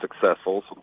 successful